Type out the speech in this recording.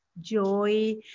joy